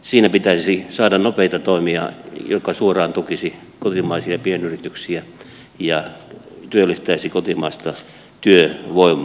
siinä pitäisi saada nopeita toimia jotka suoraan tukisivat kotimaisia pienyrityksiä ja työllistäisivät kotimaista työvoimaa